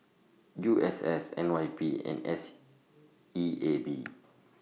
U S S N Y P and S E A B